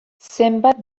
zenbat